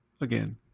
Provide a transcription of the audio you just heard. Again